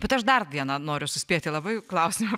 bet aš dar vieną noriu suspėti labai klausimą